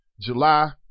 July